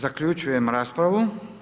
Zaključujem raspravu.